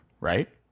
right